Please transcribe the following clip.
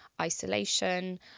isolation